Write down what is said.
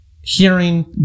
hearing